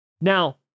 now